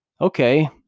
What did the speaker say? Okay